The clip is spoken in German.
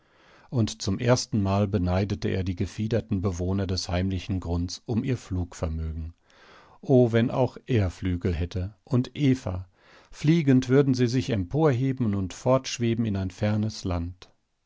und zum erstenmal beneidete er die gefiederten bewohner des heimlichen grunds um ihr flugvermögen oh wenn auch er flügel hätte und eva fliegend würden sie sich emporheben und fortschweben in ein fernes land